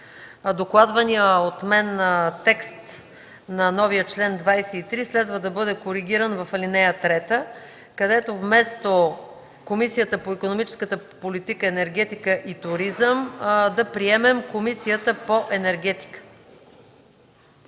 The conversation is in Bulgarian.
докладваният от мен текст на новия чл. 23 следва да бъде коригиран в ал. 3, където вместо Комисията по икономическата политика, енергетиката и туризъм да приемем – Комисията по енергетика.